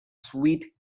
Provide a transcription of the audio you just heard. sweet